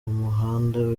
umuhanda